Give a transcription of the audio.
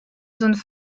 zones